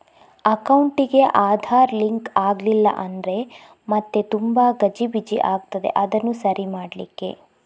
ಅಕೌಂಟಿಗೆ ಆಧಾರ್ ಲಿಂಕ್ ಆಗ್ಲಿಲ್ಲ ಅಂದ್ರೆ ಮತ್ತೆ ತುಂಬಾ ಗಜಿಬಿಜಿ ಆಗ್ತದೆ ಅದನ್ನು ಸರಿ ಮಾಡ್ಲಿಕ್ಕೆ